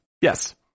yes